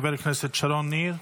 חברת הכנסת שרון ניר,